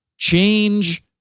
change